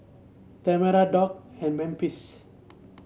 Tamera Doug and Memphis